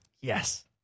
yes